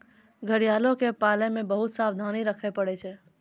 घड़ियालो के पालै मे बहुते सावधानी रक्खे पड़ै छै